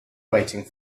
waiting